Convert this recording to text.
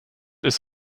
ist